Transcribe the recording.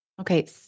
Okay